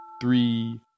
three